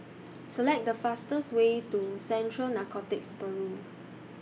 Select The fastest Way to Central Narcotics Bureau